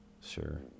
sure